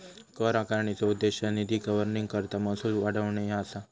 कर आकारणीचो उद्देश निधी गव्हर्निंगकरता महसूल वाढवणे ह्या असा